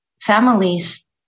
families